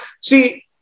see